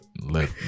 let